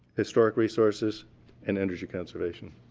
historic resources and energy conservation.